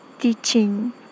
teaching